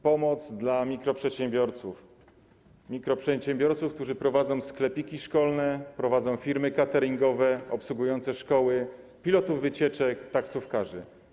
Pomoc dla mikroprzedsiębiorców, mikroprzedsiębiorców, którzy prowadzą sklepiki szkolne, prowadzą firmy cateringowe obsługujące szkoły, pilotów wycieczek, taksówkarzy.